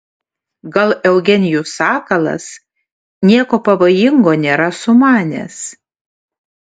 gal eugenijus sakalas nieko pavojingo nėra sumanęs